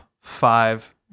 five